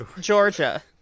Georgia